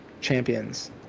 champions